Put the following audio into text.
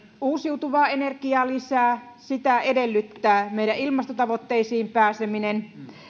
uusiutuvaa energiaa lisää sitä edellyttää meidän ilmastotavoitteisiimme pääseminen